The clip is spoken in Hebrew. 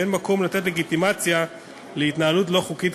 ואין מקום לתת לגיטימציה להתנהלות לא חוקית,